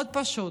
מאוד פשוט: